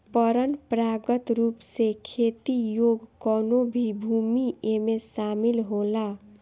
परंपरागत रूप से खेती योग्य कवनो भी भूमि एमे शामिल होला